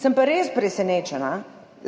Sem pa res presenečena,